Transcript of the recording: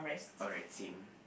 alright Kim